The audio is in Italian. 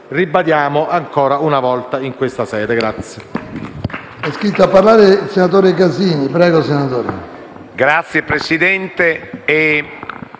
ribadiamo ancora una volta in questa sede